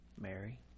Mary